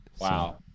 Wow